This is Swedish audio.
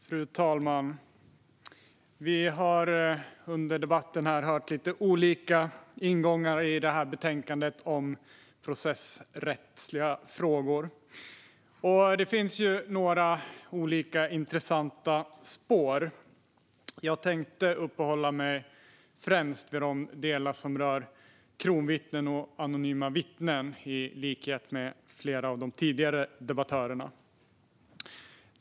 Fru talman! Vi har här under debatten hört lite olika ingångar i betänkandet om processrättsliga frågor. Det finns några intressanta spår. Jag tänker, i likhet med flera av de tidigare debattörerna, främst uppehålla mig vid de delar som rör kronvittnen och anonyma vittnen.